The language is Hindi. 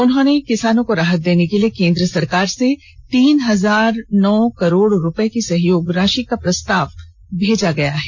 उन्होंने कहा कि किसानों को राहत देने के लिए केन्द्र सरकार से तीन हजार नौ करोड़ रूपये की सहयोग राषि का प्रस्ताव भेजा जा रहा है